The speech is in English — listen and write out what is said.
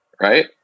Right